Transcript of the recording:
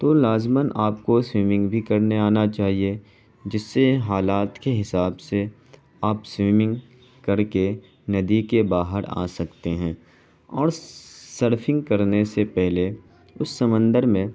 تو لازماً آپ کو سوئمنگ بھی کرنا آنا چاہیے جس سے حالات کے حساب سے آپ سوئمنگ کر کے ندی کے باہر آ سکتے ہیں اور سرفنگ کرنے سے پہلے اس سمندر میں